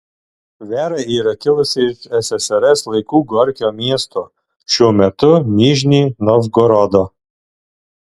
vera yra kilusi iš ssrs laikų gorkio miesto šiuo metu nižnij novgorodo